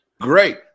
Great